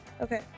Okay